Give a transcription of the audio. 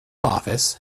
office